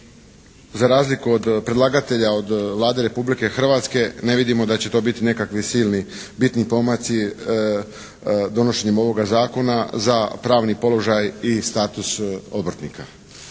za razliku od predlagatelja od Vlade Republike Hrvatske ne vidimo da će to biti nekakvi silni bitni pomaci donošenjem ovoga Zakona za pravni položaj i status obrtnika.